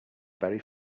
very